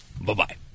Bye-bye